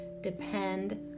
depend